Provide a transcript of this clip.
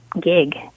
gig